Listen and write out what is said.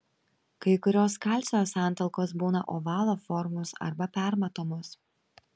kai kurios kalcio santalkos būna ovalo formos arba permatomos